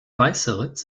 weißeritz